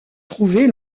trouver